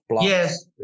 Yes